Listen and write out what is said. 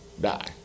die